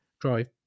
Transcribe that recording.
drive